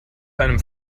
deinem